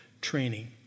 training